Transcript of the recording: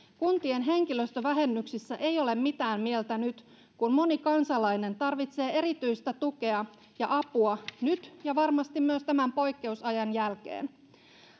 kuntien henkilöstövähennyksissä ei ole mitään mieltä nyt kun moni kansalainen tarvitsee erityistä tukea ja apua nyt ja varmasti myös tämän poikkeusajan jälkeen